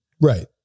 Right